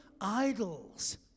idols